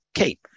Okay